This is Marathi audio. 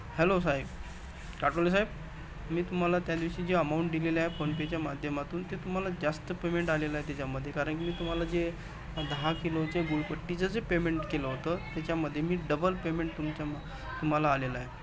हॅलो साहेब काटोलेसाहेब मी तुम्हाला त्या दिवशी जी अमाऊंट दिलेली आहे फोनपेच्या माध्यमातून ते तुम्हाला जास्त पेमेंट आलेलं आहे त्याच्यामध्ये कारण की मी तुम्हाला जे दहा किलोचे गुळपट्टीचं जे पेमेंट केलं होतं त्याच्यामधे मी डबल पेमेंट तुमच्या म तुम्हाला आलेलं आहे